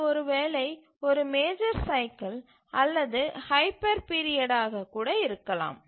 அது ஒருவேளை ஒரு மேஜர் சைக்கில் அல்லது ஹைப்பர் பீரியட் ஆக இருக்கலாம்